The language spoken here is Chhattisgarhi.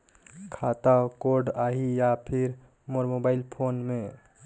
खाता कोड आही या फिर मोर मोबाइल फोन मे?